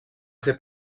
ser